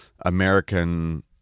American